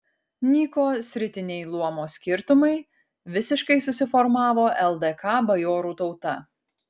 nyko sritiniai luomo skirtumai visiškai susiformavo ldk bajorų tauta